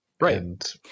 Right